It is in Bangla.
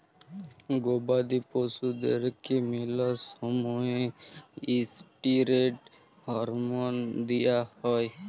গবাদি পশুদ্যারকে ম্যালা সময়ে ইসটিরেড হরমল দিঁয়া হয়